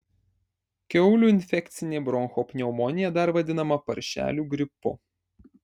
kiaulių infekcinė bronchopneumonija dar vadinama paršelių gripu